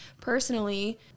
personally